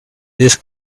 this